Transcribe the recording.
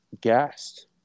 gassed